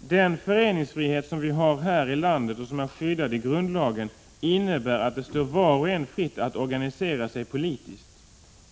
”den föreningsfrihet som vi har här i landet och som är skyddad i grundlagen innebär att det står var och en fritt att organisera sig politiskt.